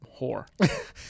whore